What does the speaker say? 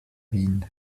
wien